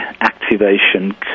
activation